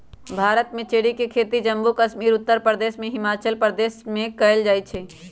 भारत में चेरी के खेती जम्मू कश्मीर उत्तर प्रदेश आ हिमाचल प्रदेश में कएल जाई छई